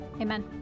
Amen